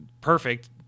perfect